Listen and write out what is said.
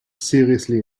seriously